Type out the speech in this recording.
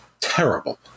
Terrible